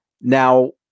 Now